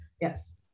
Yes